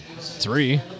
three